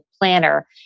planner